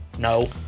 No